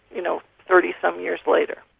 you know, thirty some years later.